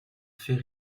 fait